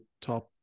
top